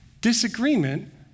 Disagreement